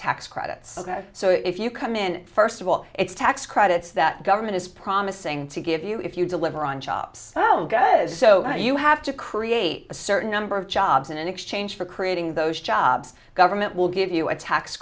tax credits so if you come in first of all it's tax credits that government is promising to give you if you deliver on shops so you have to create a certain number of jobs and in exchange for creating those jobs government will give you a tax